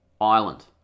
Ireland